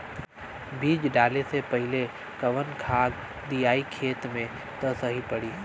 बीज डाले से पहिले कवन खाद्य दियायी खेत में त सही पड़ी?